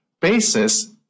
basis